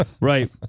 Right